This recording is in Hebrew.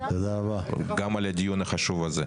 גם על הדיון החשוב הזה.